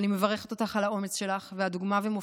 אני מברכת אותך על האומץ שלך, את דוגמה ומופת,